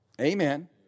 Amen